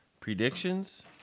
Predictions